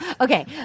Okay